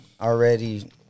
already